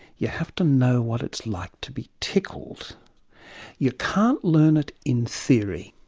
you have to know what it's like to be tickled you can't learn it in theory.